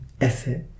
effort